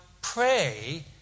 pray